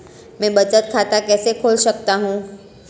मैं बचत खाता कैसे खोल सकता हूँ?